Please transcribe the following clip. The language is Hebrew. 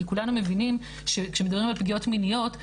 כי כולנו מבינים שכשמדברים על פגיעות מיניות,